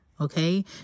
Okay